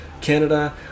canada